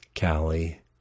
Callie